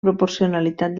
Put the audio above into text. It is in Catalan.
proporcionalitat